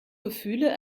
gefühle